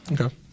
Okay